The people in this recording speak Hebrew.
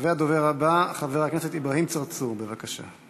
הדובר הבא, חבר הכנסת אברהים צרצור, בבקשה.